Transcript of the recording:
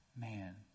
man